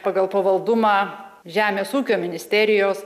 pagal pavaldumą žemės ūkio ministerijos